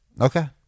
Okay